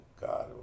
God